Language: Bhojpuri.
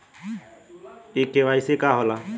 इ के.वाइ.सी का हो ला?